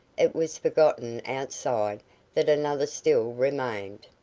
it was forgotten outside that another still remained.